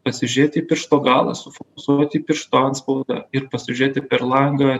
pasižiūrėti į piršto galą sufokusuoti į piršto antspaudą ir pasižiūrėti per langą